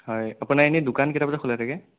হয় আপোনাৰ এনেই দোকান কেইটা বজাত খোলা থাকে